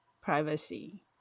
privacy